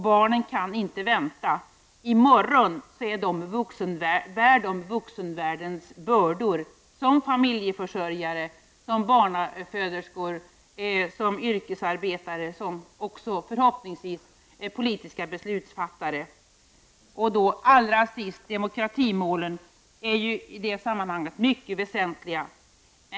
Barnen kan inte vänta; i morgon bär de vuxenvärl dens bördor, som familjeförsörjare, som barnaföderskor, som yrkesarbetare och förhoppningsvis också som politiska beslutsfattare. Allra sist vill jag framhålla att demokratimålen är mycket väsentliga.